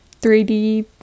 3D